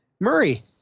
Murray